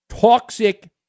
toxic